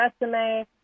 resume